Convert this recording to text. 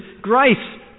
grace